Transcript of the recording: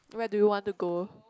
where do you want to go